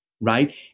right